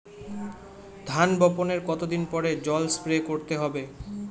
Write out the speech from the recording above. ধান বপনের কতদিন পরে জল স্প্রে করতে হবে?